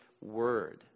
word